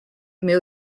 mais